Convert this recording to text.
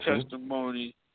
testimony